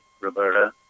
Roberta